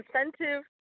incentive